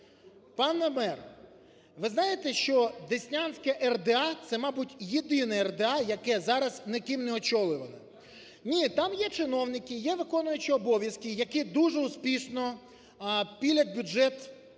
Пане мер, ви знаєте, що Деснянське РДА – це, мабуть, єдине РДА, яке зараз ніким не очолюване. Ні, там є чиновники, є виконуючі обов'язки, які дуже успішно пилять бюджет